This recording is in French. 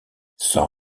sans